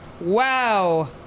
Wow